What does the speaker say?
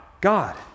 God